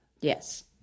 Yes